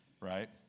right